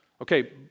Okay